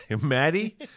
Maddie